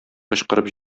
кычкырып